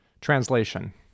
translation